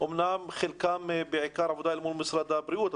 אמנם חלקם בעיקר עבודה אל מול משרד הבריאות,